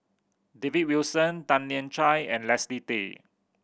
David Wilson Tan Lian Chye and Leslie Tay